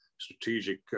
strategic